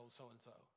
so-and-so